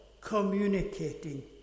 communicating